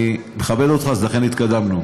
אני מכבד אותך, אז לכן התקדמנו.